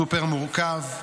סופר-מורכב.